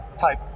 type